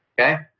okay